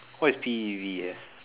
what is P E E V E S